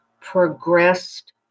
progressed